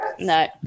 No